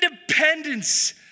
Independence